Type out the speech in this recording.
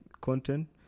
content